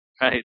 Right